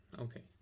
Okay